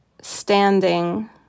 standing